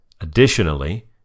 Additionally